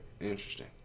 Interesting